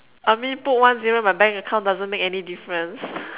I mean put one zero my bank account doesn't make any difference